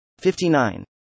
59